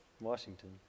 Washington